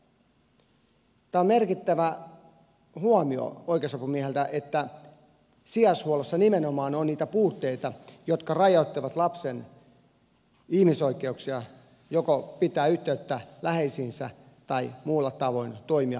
tämä on merkittävä huomio oikeusasiamieheltä että sijaishuollossa nimenomaan on niitä puutteita jotka rajoittavat lapsen ihmisoikeuksia joko pitää yhteyttä läheisiinsä tai muulla tavoin toimia yhdenvertaisesti